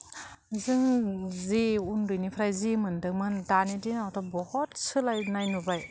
जों जि उन्दैनिफ्राय जि मोन्दोंमोन दानि दिनावथ बहत सोलायनाय नुबाय